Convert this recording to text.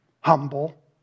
humble